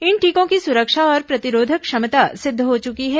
इन टीकों की सुरक्षा और प्रतिरोधक क्षमता सिद्ध हो चुकी है